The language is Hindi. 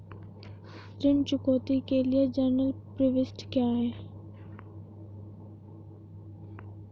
ऋण चुकौती के लिए जनरल प्रविष्टि क्या है?